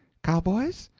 cowboys?